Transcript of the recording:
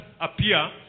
appear